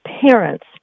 parents